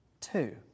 Two